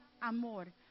amor